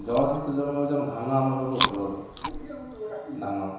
ଜଳ ସହିତ ଜମି ହେଉଛି ଧାନ ଆମର ସବୁଠୁ ଉପଲବ୍ଧ ଧାନ